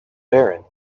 barren